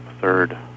third